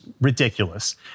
ridiculous